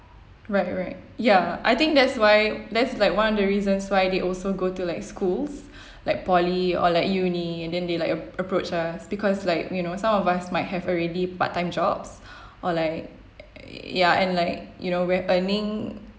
right right ya I think that's why that's like one of the reasons why they also go to like schools like poly or like uni and then they like app~ approach us because like you know some of us might have already part time jobs or like ya and like you know we're earning